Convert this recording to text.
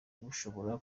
bushobora